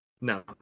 No